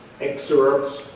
Excerpts